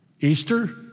Easter